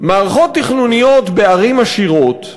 מערכות תכנוניות בערים עשירות,